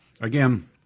again